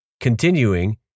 Continuing